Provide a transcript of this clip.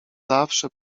zawsze